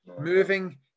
moving